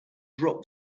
drop